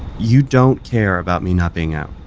you don't care about me not being out?